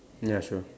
ya sure